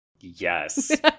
yes